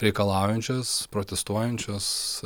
reikalaujančios protestuojančios